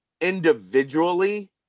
individually